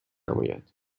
نماید